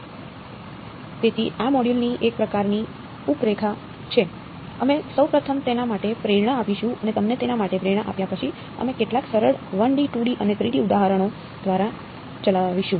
તેથી આ મોડ્યુલની એક પ્રકારની રૂપરેખા છે અમે સૌ પ્રથમ તેના માટે પ્રેરણા આપીશું અને તમને તેના માટે પ્રેરણા આપ્યા પછી અમે કેટલાક સરળ 1D 2D અને 3D ઉદાહરણો દ્વારા ચલાવીશું